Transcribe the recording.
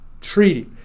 Treaty